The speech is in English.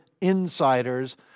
insiders